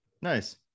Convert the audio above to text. Nice